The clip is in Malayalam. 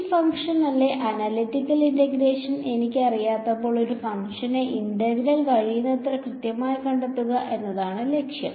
ഈ ഫംഗ്ഷന്റെ അനലിറ്റിക്കൽ ഇന്റഗ്രേഷൻ എനിക്ക് അറിയാത്തപ്പോൾ ഒരു ഫംഗ്ഷന്റെ ഇന്റഗ്രൽ കഴിയുന്നത്ര കൃത്യമായി കണ്ടെത്തുക എന്നതാണ് ലക്ഷ്യം